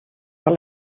all